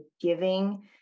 giving